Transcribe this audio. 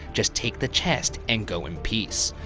just take the chest and go in peace.